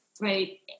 right